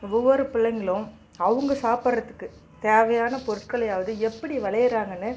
ஒவ்வொரு பிள்ளைங்களும் அவங்க சாப்பிட்றதுக்கு தேவையான பொருட்களையாவது எப்படி விளையிறாங்கன்னு